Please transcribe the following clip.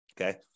Okay